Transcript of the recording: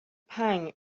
pang